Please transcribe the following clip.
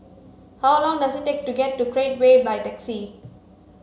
how long does it take to get to Create Way by taxi